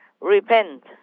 repent